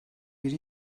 bir